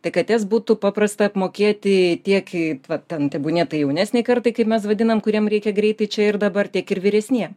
tai kad jas būtų paprasta apmokėti tiek vat tebūnie tai jaunesnei kartai kaip mes vadina e kuriem reikia greitai čia ir dabar tiek ir vyresniem